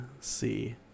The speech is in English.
see